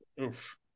Oof